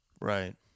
Right